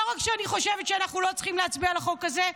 לא רק שאני חושבת שאנחנו לא צריכים להצביע על החוק הזה,